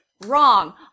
Wrong